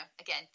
again